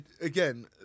Again